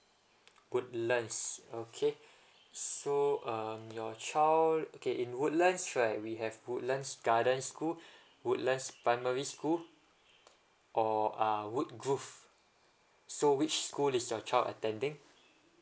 woodlands okay so um your child okay in woodlands right we have woodlands gardens school woodlands primary school or uh wood groove so which school is your child attending